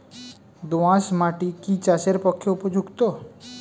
দোআঁশ মাটি কি চাষের পক্ষে উপযুক্ত?